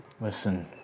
Listen